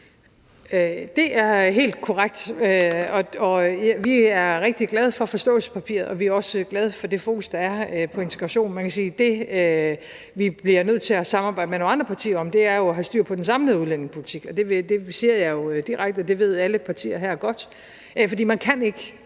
Det er helt korrekt, og vi er rigtig glade for forståelsespapiret. Vi er også glade for det fokus, der er på integration. Man kan sige, at det, vi bliver nødt til at samarbejde med nogle andre partier om, jo er at have styr på den samlede udlændingepolitik. Det siger jeg jo direkte, og det ved alle partier her godt. For man kan ikke